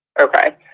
Okay